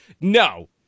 No